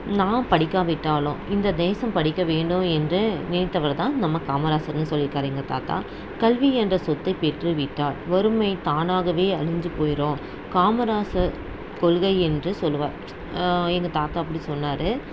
நான் படிக்காவிட்டாலும் இந்த தேசம் படிக்க வேண்டும் என்று நினைத்தவர் தான் நம்ம காமராஜர்ன்னு சொல்லிருக்கார் எங்கள் தாத்தா கல்வியை என்ற சொத்தை பெற்றுவிட்டால் வறுமை தானாகவே அழிஞ்சு போய்ரும் காமராஜர் கொள்கை என்று சொல்லுவார் எங்கள் தாத்தா அப்படி சொன்னார்